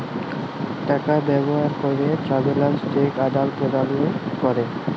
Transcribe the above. টাকা ব্যবহার ক্যরে ট্রাভেলার্স চেক আদাল প্রদালে ক্যরে